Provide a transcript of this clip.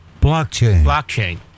Blockchain